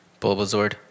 Bulbasaur